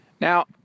Now